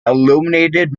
illuminated